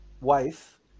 wife